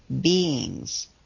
beings